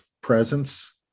presence